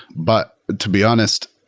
but to be honest,